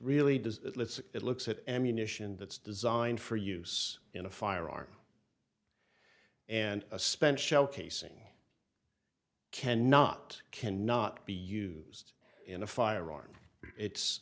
let's it looks at ammunition that's designed for use in a firearm and a spent shell casing can not can not be used in a firearm it's